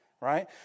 Right